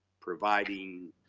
providing